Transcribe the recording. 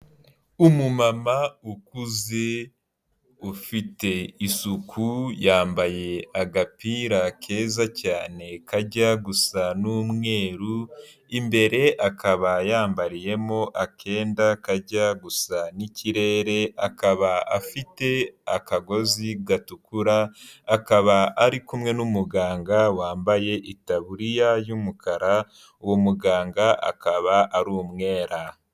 Umumama ukuze ufite isuku yambaye agapira keza cyane kajya gusa n'umweru imbere akaba yambariyemo akenda kajya gusa n'ikirere akaba afite akagozi gatukura akaba ari kumwe n'umuganga wambaye itaburiya y'umukara uwo muganga akaba ari umwere.